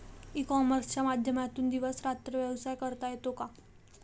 E कॉमर्सच्या माध्यमातून दिवस रात्र व्यवसाय करता येतो का?